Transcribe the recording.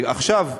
עכשיו,